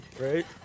right